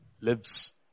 lives